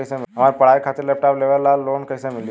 हमार पढ़ाई खातिर लैपटाप लेवे ला लोन कैसे मिली?